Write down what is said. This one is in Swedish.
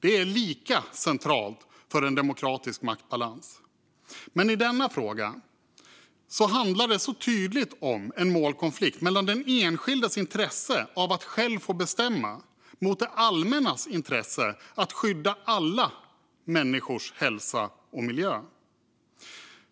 Det är lika centralt för en demokratisk maktbalans. Men i denna fråga handlar det så tydligt om en målkonflikt mellan den enskildes intresse av att själv få bestämma och det allmännas intresse att skydda alla människors hälsa och miljö.